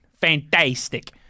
Fantastic